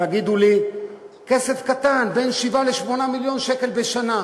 יגידו לי, כסף קטן, בין 7 ל-8 מיליון שקל בשנה.